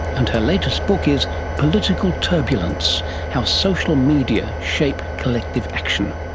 and her latest book is political turbulence how social media shape collective action.